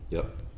yup